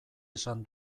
esan